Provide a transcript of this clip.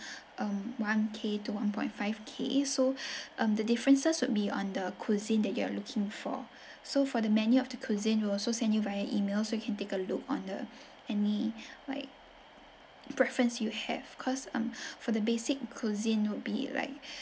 um one k to one point five k so um the differences would be on the cuisine that you are looking for so for the menu of the cuisine we will also send you via email so you can take a look on the any like preference you have because um for the basic cuisine would be like